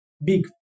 big